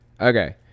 Okay